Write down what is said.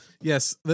yes